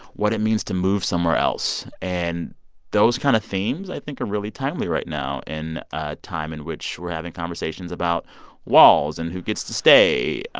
what it means to move somewhere else and those kind of themes, i think, are really timely right now in a time in which we're having conversations about walls and who gets to stay.